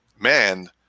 man